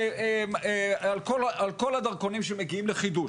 ככה, על כל הדרכונים שמגיעים לחידוש.